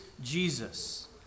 Jesus